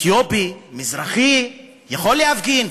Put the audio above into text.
אתיופי, מזרחי, יכול להפגין.